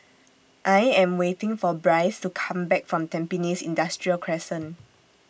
I Am waiting For Bryce to Come Back from Tampines Industrial Crescent